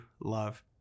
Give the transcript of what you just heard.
love